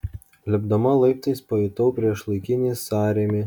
lipdama laiptais pajutau priešlaikinį sąrėmį